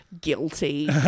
guilty